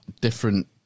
different